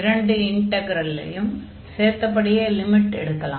இரண்டு இன்டக்ரலைச் சேர்த்தபடியே லிமிட் எடுக்கலாம்